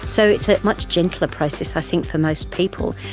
so it's a much gentler process i think for most people,